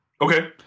Okay